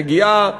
מגיעה